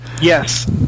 Yes